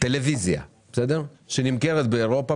טלוויזיה שנמכרת באירופה